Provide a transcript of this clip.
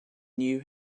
knew